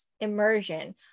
immersion